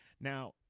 Now